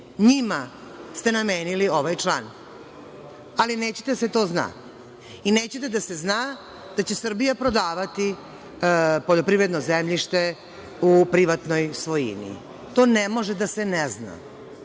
EU.NJima ste namenili ovaj član, ali nećete da se to zna. Nećete da se zna da će Srbija prodavati poljoprivredno zemljište u privatnoj svojini. To ne može da se ne zna